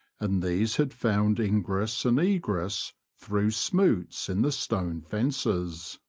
and these had found ingress and egress through smoots in the stone fences.